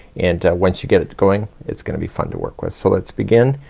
and ah once you get it going, it's gonna be fun to work with. so let's begin,